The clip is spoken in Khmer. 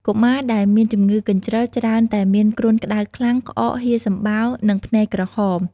កុមារដែលមានជំងឺកញ្ជ្រឹលច្រើនតែមានគ្រុនក្តៅខ្លាំង ក្អក ហៀរសំបោរ និងភ្នែកក្រហម